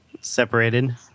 separated